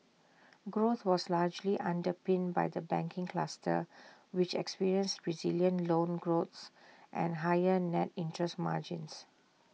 growth was largely underpinned by the banking cluster which experienced resilient loans growth and higher net interest margins